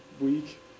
week